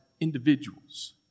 individuals